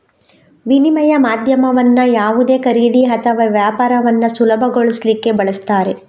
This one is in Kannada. ವಿನಿಮಯ ಮಾಧ್ಯಮವನ್ನ ಯಾವುದೇ ಖರೀದಿ ಅಥವಾ ವ್ಯಾಪಾರವನ್ನ ಸುಲಭಗೊಳಿಸ್ಲಿಕ್ಕೆ ಬಳಸ್ತಾರೆ